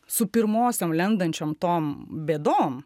su pirmosiom lendančiom tom bėdom